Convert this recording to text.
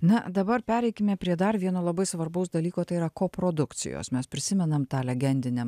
na dabar pereikime prie dar vieno labai svarbaus dalyko tai yra koprodukcijos mes prisimenam tą legendinę